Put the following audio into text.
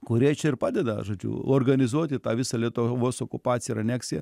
kurie čia ir padeda žodžiu organizuoti tą visą lietuvos okupaciją aneksiją